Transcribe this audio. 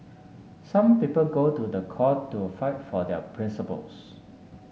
some people go to the court to fight for their principles